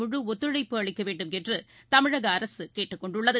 முழுஒத்துழைப்பு அளிக்கவேண்டும் என்றுதமிழகஅரசுகேட்டுக் கொண்டுள்ளது